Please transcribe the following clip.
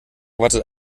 wartet